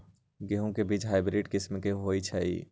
गेंहू के बीज हाइब्रिड किस्म के होई छई?